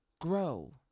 grow